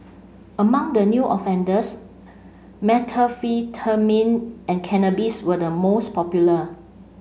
among the new offenders methamphetamine and cannabis were the most popular